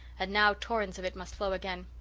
and now torrents of it must flow again.